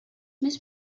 més